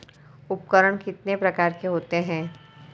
उपकरण कितने प्रकार के होते हैं?